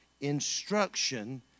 instruction